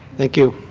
thank you.